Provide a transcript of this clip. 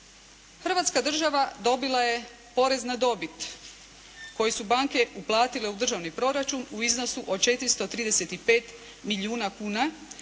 Hrvatska država dobila je porez na dobit koji su banke uplatile u državni proračun u iznosu od 435 milijuna kuna